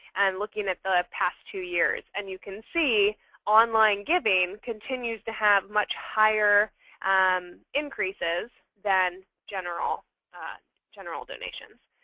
and looking at the past two years. and you can see online giving continues to have much higher um increases than general general donations.